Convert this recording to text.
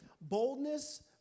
Boldness